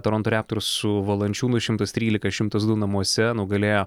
toronto raptors su valančiūnu šimtas trylika šimtas du namuose nugalėjo